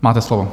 Máte slovo.